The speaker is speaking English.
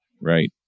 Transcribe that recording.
right